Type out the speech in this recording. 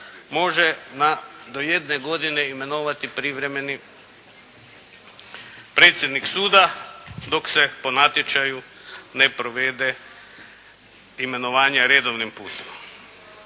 može na do jedne godine imenovati privremeni predsjednik suda dok se po natječaju ne provede imenovanje redovnim putem.